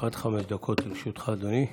עד חמש דקות לרשותך, אדוני.